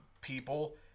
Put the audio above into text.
people